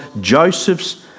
Joseph's